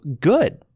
good